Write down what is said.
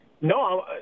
no